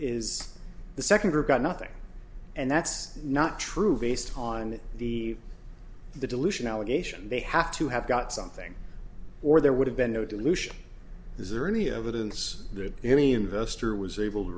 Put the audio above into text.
is the second group got nothing and that's not true based on the the dilution allegation they have to have got something or there would have been no dilution is there any evidence that any investor was able to